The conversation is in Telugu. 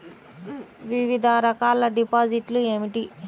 వివిధ రకాల డిపాజిట్లు ఏమిటీ?